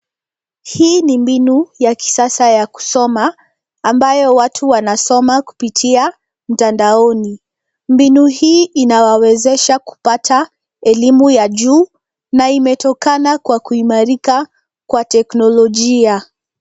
Hii ni mbinu ya kisasa ya kusoma ambayo watu wanasoma kupitia mtandaoni. Mbinu hii inawawezesha kupata elimu ya juu na imetokana kwa kuimarika kwa teknolojia.